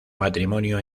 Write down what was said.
matrimonio